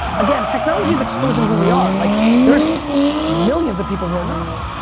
again, technology is exposing who we are. like there's millions of people we're not.